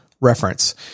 reference